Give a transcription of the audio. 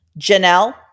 Janelle